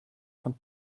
von